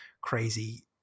crazy